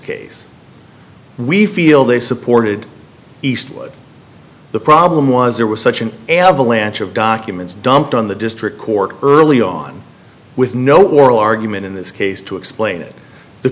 case we feel they supported eastwood the problem was there was such an avalanche of documents dumped on the district court early on with no oral argument in this case to explain it t